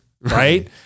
Right